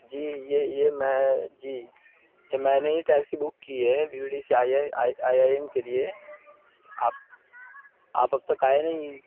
جی یہ یہ میں جی میں نے ہی ٹیکسی بک کی ہے بی یو ڈی سے آئی آئی آئی ایم کے لیے آپ آپ اب تک آئے نہیں